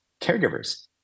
caregivers